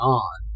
on